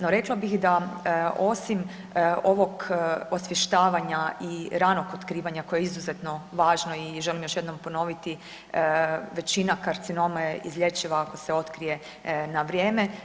No, rekla bih da osim ovog osvještavanja i ranog otkrivanja koje je izuzetno važno i želim još jednom ponoviti većina karcinoma je izlječiva ako se otkrije na vrijeme.